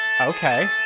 okay